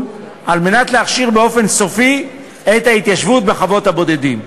על מנת להכשיר באופן סופי את ההתיישבות בחוות הבודדים.